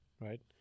right